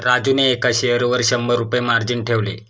राजूने एका शेअरवर शंभर रुपये मार्जिन ठेवले